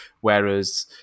Whereas